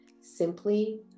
simply